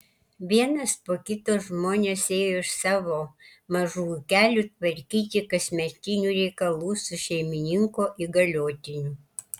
vienas po kito žmonės ėjo iš savo mažų ūkelių tvarkyti kasmetinių reikalų su šeimininko įgaliotiniu